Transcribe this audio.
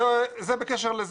זה בקשר לזה.